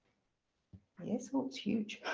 yes that's huge